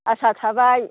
आसा थाबाय